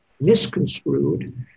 misconstrued